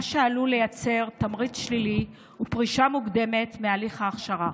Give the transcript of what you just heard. מה שעלול לייצר תמריץ שלילי ופרישה מוקדמת מהליך ההכשרה.